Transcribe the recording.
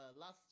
last